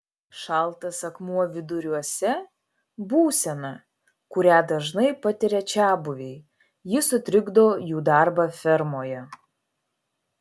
šaltas akmuo viduriuose būsena kurią dažnai patiria čiabuviai ji sutrikdo jų darbą fermoje